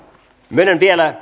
myönnän vielä